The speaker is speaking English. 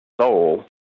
soul